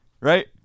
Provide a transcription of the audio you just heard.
right